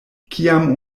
kiam